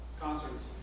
Concerts